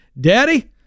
Daddy